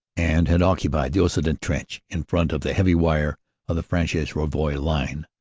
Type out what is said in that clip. and had occupied the occident trench in front of the heavy wire of the fresnes-rouvroy line.